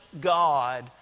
God